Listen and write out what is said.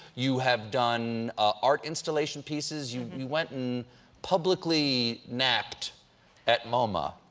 you have done art installation pieces. you you went and publicly napped at moma,